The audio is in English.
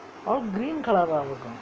all green colour ah இருக்கும்:irukkum